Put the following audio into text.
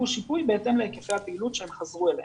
שיפוי בהתאם להיקפי הפעילות שהם חזרו אליה.